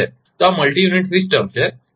તો આ multi unit system છે